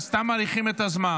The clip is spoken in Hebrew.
אתם סתם מאריכים את הזמן?